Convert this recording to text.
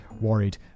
worried